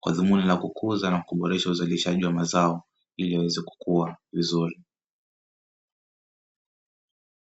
kwa dhumuni la kukuza na kuboresha uzalishaji wa mazao ili yaweze kukua vizuri.